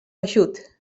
eixut